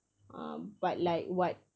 ah but like what